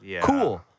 Cool